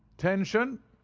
tention!